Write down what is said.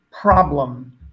problem